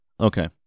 Okay